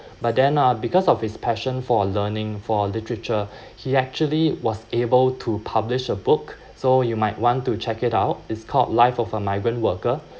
but then uh because of his passion for learning for literature he actually was able to publish a book so you might want to check it out it's called life of a migrant worker